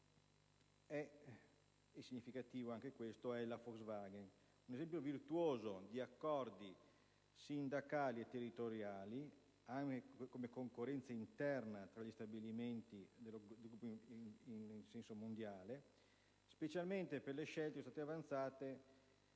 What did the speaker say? sistema industriale, è la Volkswagen. Un esempio virtuoso di accordi sindacali e territoriali, di concorrenza interna tra gli stabilimenti in senso mondiale, specialmente per le scelte che sono state avanzate,